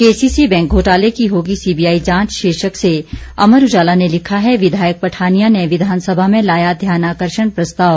KCC bank घोटाले की होगी सीबीआई जांच शीर्षक से अमर उजाला ने लिखा है विधायक पठानिया ने विधानसभा में लाया ध्यानाकर्षण प्रस्ताव